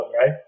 right